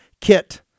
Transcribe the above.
kit